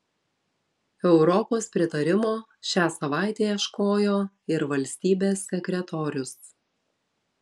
europos pritarimo šią savaitę ieškojo ir valstybės sekretorius